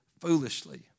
foolishly